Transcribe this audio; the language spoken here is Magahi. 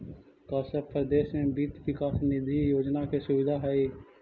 का सब परदेश में वित्त विकास निधि योजना के सुबिधा हई?